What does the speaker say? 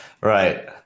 Right